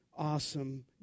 awesome